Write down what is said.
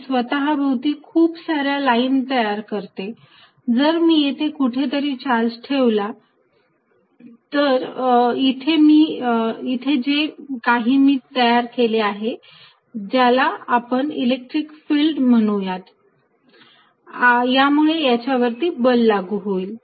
ते स्वतः भोवती खूप सार्या लाईन तयार करते जर मी येथे कुठेतरी चार्ज ठेवला तर इथे जे काही मी तयार केले आहे ज्याला आपण इलेक्ट्रिक फिल्ड म्हणूयात यामुळे याच्या वरती बल लागू होईल